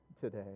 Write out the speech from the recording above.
today